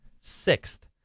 sixth